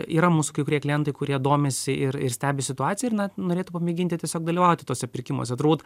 yra mūsų kai kurie klientai kurie domisi ir ir stebi situaciją ir na norėtų pamėginti tiesiog dalyvauti tuose pirkimuose turbūt